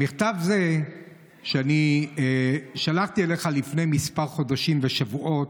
מכתב זה שאני שלחתי אליך לפני כמה חודשים ושבועות,